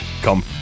come